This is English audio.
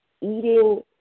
eating